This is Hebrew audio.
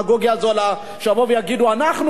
יבואו ויגידו: אנחנו מצפון-אפריקה.